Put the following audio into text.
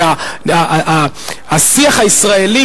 שהשיח הישראלי,